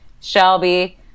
Shelby